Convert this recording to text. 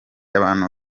abantu